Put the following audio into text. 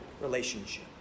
relationship